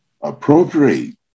appropriate